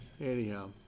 anyhow